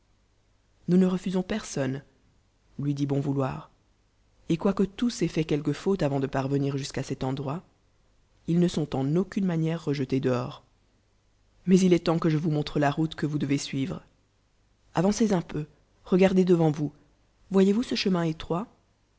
nous ne refusons personne ln dit bon vouloir et quoique tou uei t fait quelque faute avant d parvenir jusqu'à cet endroit ils n sont en aucune manière rejetés de hors mais il est temps que je vou montre la route que vous deve suivre avancez un peu n'garde devant v ous v oyez v ous ce chemi